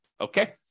Okay